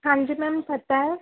ਹਾਂਜੀ ਮੈਮ ਪਤਾ ਹੈ